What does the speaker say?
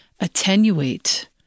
attenuate